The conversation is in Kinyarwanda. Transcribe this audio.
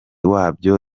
wabyo